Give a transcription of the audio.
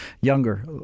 younger